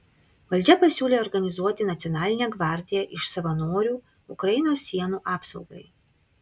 valdžia pasiūlė organizuoti nacionalinę gvardiją iš savanorių ukrainos sienų apsaugai